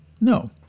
No